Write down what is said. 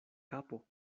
kapo